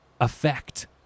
effect